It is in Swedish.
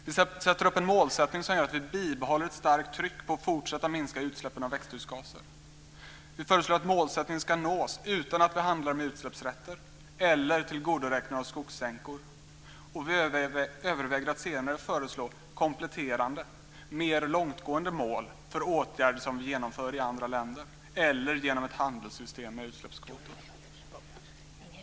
Vi sätter upp en målsättning som gör att vi bibehåller ett starkt tryck på att fortsätta minska utsläppen av växthusgaser. Vi föreslår att målsättningen ska nås utan att vi handlar med utsläppsrätter eller tillgodoräknar oss skogssänkor, och vi överväger att senare föreslå kompletterande och mer långtgående mål för åtgärder som vi vidtar i andra länder eller genom ett handelssystem med utsläppskvoter.